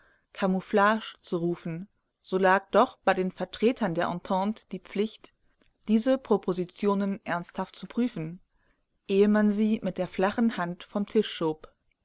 camouflage zu rufen so lag doch bei den vertretern der entente die pflicht diese propositionen ernsthaft zu prüfen ehe man sie mit der flachen hand vom tische schob